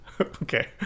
Okay